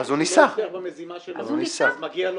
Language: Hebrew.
האם מגיע לו